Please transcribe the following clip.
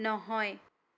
নহয়